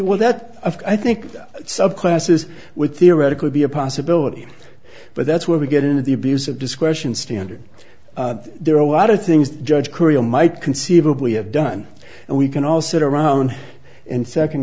will that i think that subclasses with theoretically be a possibility but that's where we get into the abuse of discretion standard there are a lot of things judge korea might conceivably have done and we can all sit around and second